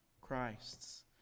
Christ's